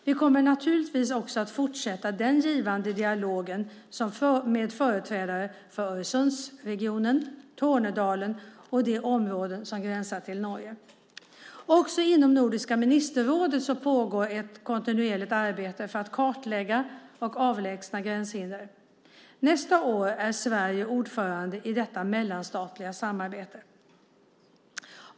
Jag kommer naturligtvis också att fortsätta den givande dialogen med företrädare för Öresundsregionen, Tornedalen och de områden som gränsar till Norge. Också inom Nordiska ministerrådet pågår ett kontinuerligt arbete för att kartlägga och avlägsna gränshinder. Nästa år är Sverige ordförande i detta mellanstatliga samarbete.